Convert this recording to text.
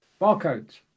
Barcodes